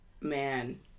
Man